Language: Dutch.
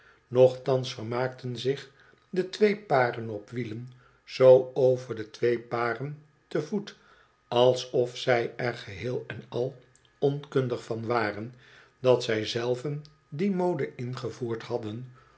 nochtans vermaakten zich de twee paren op wielen zoo over de twee paren te voet alsof zij er geheel en al onkundig van waren dat zij zelven die mode ingevoerd hadden